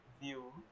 view